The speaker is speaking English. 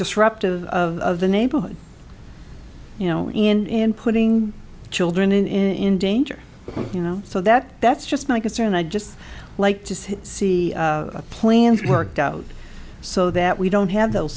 disruptive of the neighborhood you know in putting children in danger you know so that that's just my concern i'd just like to see plans worked out so that we don't have those